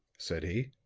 said he,